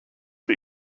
but